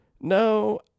No